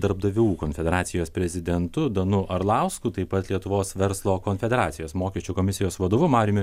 darbdavių konfederacijos prezidentu danu arlausku taip pat lietuvos verslo konfederacijos mokesčių komisijos vadovu mariumi